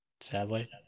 Sadly